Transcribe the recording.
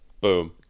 boom